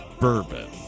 bourbon